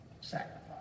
sacrifice